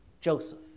Joseph